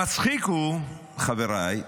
המצחיק הוא, חבריי,